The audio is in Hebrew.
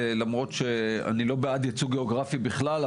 למרות שאני לא בעד ייצוג גיאוגרפי בכלל,